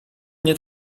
nie